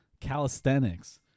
Calisthenics